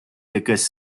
якась